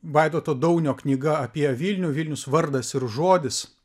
vaidoto daunio knyga apie vilnių vilnius vardas ir žodis